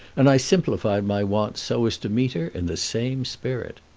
and i simplified my wants so as to meet her in the same spirit.